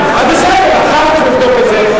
בסדר, אחר כך נבדוק את זה.